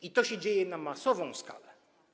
I to się dzieje na masową skalę.